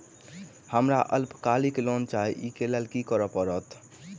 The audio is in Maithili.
हमरा अल्पकालिक लोन चाहि अई केँ लेल की करऽ पड़त?